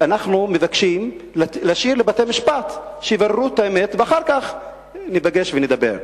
אנחנו מבקשים להשאיר לבתי-המשפט שיבררו את האמת ואחר כך ניפגש ונדבר.